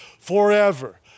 forever